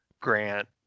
Grant